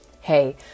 Hey